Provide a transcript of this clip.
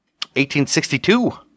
1862